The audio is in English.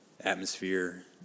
atmosphere